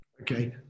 Okay